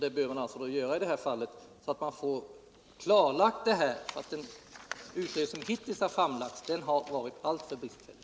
Det bör man också göra i det här fallet, så att det hela klarläggs. Den förra utredningen var alltför bristfällig.